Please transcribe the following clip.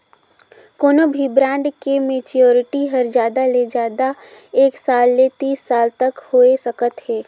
कोनो भी ब्रांड के मैच्योरिटी हर जादा ले जादा एक साल ले तीस साल तक होए सकत हे